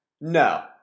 No